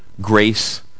grace